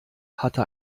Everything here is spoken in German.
hatte